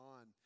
on